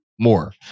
More